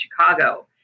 Chicago